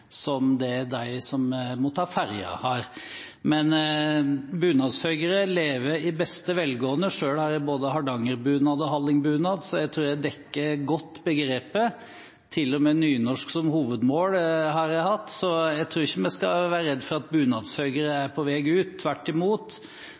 som det de som må ta ferje, har. Bunadshøyre lever i beste velgående. Selv har jeg både hardangerbunad og hallingbunad, så jeg tror jeg dekker begrepet godt. Til og med nynorsk som hovedmål har jeg hatt, så jeg tror ikke vi skal være redd for at bunadshøyre er